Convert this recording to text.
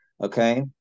Okay